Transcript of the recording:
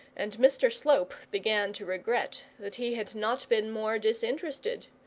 and mr slope began to regret that he had not been more disinterested.